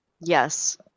Yes